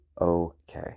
okay